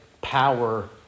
power